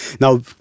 now